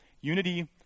Unity